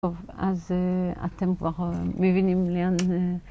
‫טוב, אז אתם כבר מבינים, ‫לאן זה...